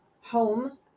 home